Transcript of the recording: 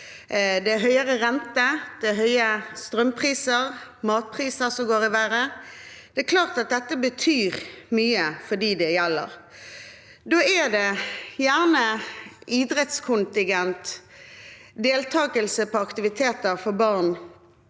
Det er høyere renter, høye strømpriser, sågar matprisene er verre. Det er klart at dette betyr mye for dem det gjelder. Da er det gjerne idrettskontingent og deltakelse på aktiviteter for barn